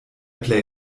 play